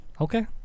Okay